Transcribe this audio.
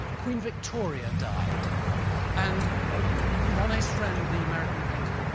queen victoria died and monet's friend, the american painter,